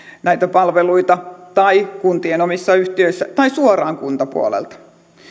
näitä palveluita tai kuntien omissa yhtiöissä tai suoraan kuntapuolelta